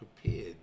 prepared